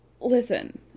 listen